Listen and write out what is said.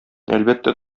әлбәттә